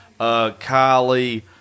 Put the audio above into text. Kylie